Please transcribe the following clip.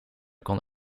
kon